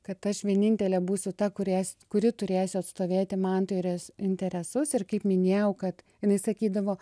kad aš vienintelė būsiu ta kuriai kuri turėsiu atstovėti mantui res interesus ir kaip minėjau kad jinai sakydavo